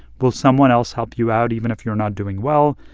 will someone else help you out even if you're not doing well?